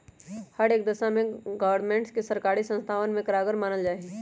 हर एक दशा में ग्रास्मेंट के सर्वकारी संस्थावन में कारगर मानल जाहई